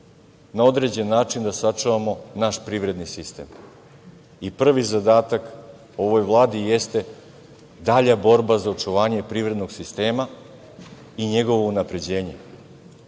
na određen način da sačuvamo naš privredni sistem i prvi zadatak ovoj Vladi jeste dalja borba za očuvanje privrednog sistema i njegovo unapređenje,